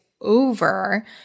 over